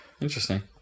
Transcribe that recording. Interesting